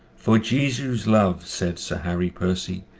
for jesu's love, said sir harry percy,